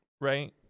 right